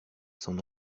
son